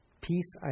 Peace